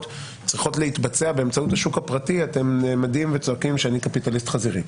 צריכות להתבצע באמצעות השוק הפרטי אתם נעמדים וצועקים שאני קפיטליסט חזירי.